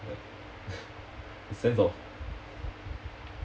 ya the sense of